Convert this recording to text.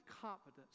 confidence